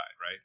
right